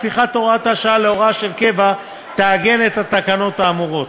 הפיכת הוראת השעה להוראה של קבע תעגן את התקנות האמורות.